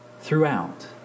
throughout